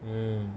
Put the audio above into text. um